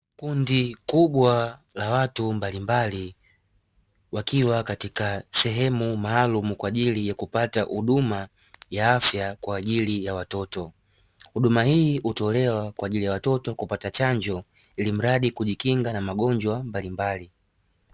Kundi kubwa la watu mbalimbali wakiwa katika sehemu ya kupata huduma ya afya kwaajili ya watoto, huduma hii hutolewa kwaajili ya watoto kupata chanjo ilimradi kujikinga na magonjwa mbalimbali.